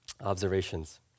observations